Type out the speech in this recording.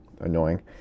annoying